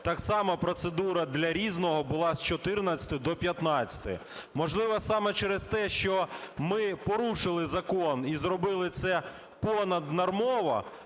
так само процедура для "Різного" була з 14-и до 15-и. Можливо, саме через те, що ми порушили закон і зробили це понаднормово,